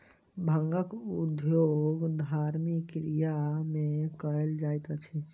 भांगक उपयोग धार्मिक क्रिया में कयल जाइत अछि